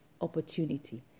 opportunity